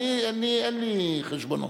אני, אין לי חשבונות,